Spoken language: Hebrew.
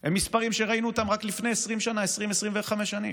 הם מספרים שראינו רק לפני 25-20 שנה: